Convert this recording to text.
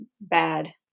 bad